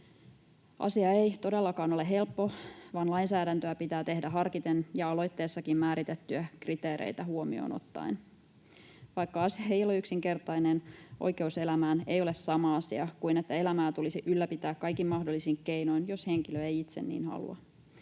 Asia ei todellakaan ole helppo, vaan lainsäädäntöä pitää tehdä harkiten ja aloitteessakin määritettyjä kriteereitä huomioon ottaen. Vaikka asia ei ole yksinkertainen, oikeus elämään ei ole sama asia kuin että elämää tulisi ylläpitää kaikin mahdollisin keinoin, jos henkilö ei itse niin halua.